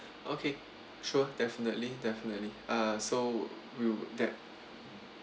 okay sure definitely definitely uh so will that